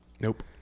Nope